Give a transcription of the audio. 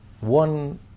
one